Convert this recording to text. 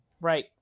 Right